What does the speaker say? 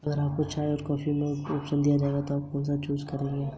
नकद प्रेषण के माध्यम से धन कैसे स्थानांतरित किया जाता है?